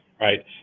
right